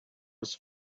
was